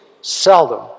seldom